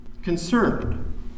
concerned